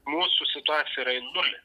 mūsų situacija yra į nulį